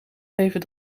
geven